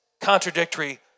contradictory